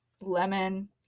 lemon